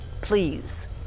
please